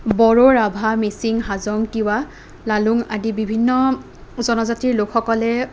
বড়ো ৰাভা মিচিং হাজং তিৱা আদি বিভিন্ন জনজাতিৰ লোকসকলে